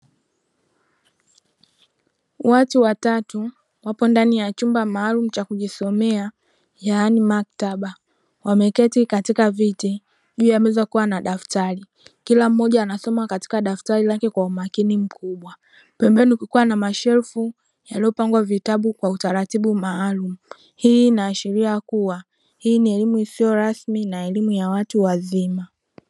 Watu watatu wapo ndani ya chumba maalumu cha kujisomea yaani maktaba, wameketi katika viti juu ya meza kukiwa na daftari kila mmoja anasoma katika daftari lake kwa umakini mkubwa, pembeni kukiwa na mashelfu yaliyopangwa vitabu kwa utaratibu maalumu. Hii inaashiria kuwa hii ni elimu isiyo rasmi na elimu ya watu wazima.